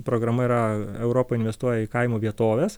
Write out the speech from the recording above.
programa yra europa investuoja į kaimo vietoves